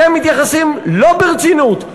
אתם מתייחסים לא ברצינות,